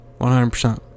100%